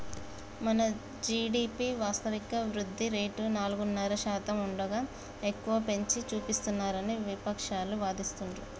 మన జీ.డి.పి వాస్తవిక వృద్ధి రేటు నాలుగున్నర శాతం ఉండగా ఎక్కువగా పెంచి చూపిస్తున్నారని విపక్షాలు వాదిస్తుండ్రు